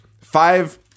five